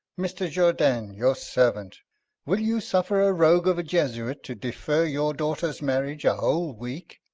mr. jourdain, your servant will you suffer a rogue of a jesuit to defer your daughter's marriage a whole week?